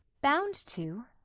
bound to?